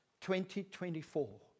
2024